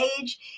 age